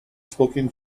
spoken